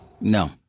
No